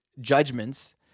judgments